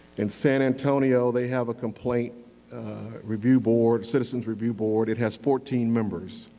in san antonio, they have a complaint review board, citizen review board, it has fourteen members.